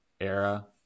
era